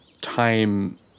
time